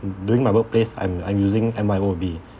during my workplace I'm I'm using M_Y_O_B